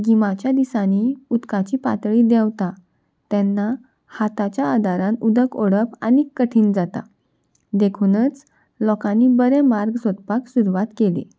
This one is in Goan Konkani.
गिमाच्या दिसांनी उदकाची पातळी देंवता तेन्ना हाताच्या आदारान उदक ओडप आनी कठीण जाता देखुनच लोकांनी बरें मार्ग सोदपाक सुरवात केली